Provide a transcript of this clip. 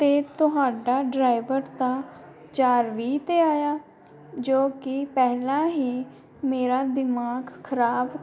ਅਤੇ ਤੁਹਾਡਾ ਡਰਾਈਵਰ ਤਾਂ ਚਾਰ ਵੀਹ 'ਤੇ ਆਇਆ ਜੋ ਕਿ ਪਹਿਲਾਂ ਹੀ ਮੇਰਾ ਦਿਮਾਗ ਖ਼ਰਾਬ